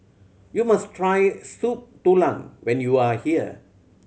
you must try Soup Tulang when you are here